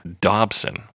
Dobson